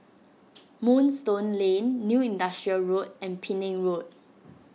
Moonstone Lane New Industrial Road and Penang Road